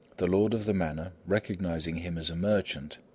the lord of the manor, recognising him as a merchant,